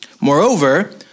Moreover